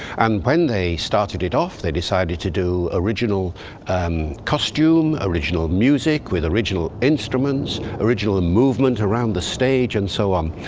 and when they started it off they decided to do original um costume, original music with original instruments, original and movement around the stage and so on.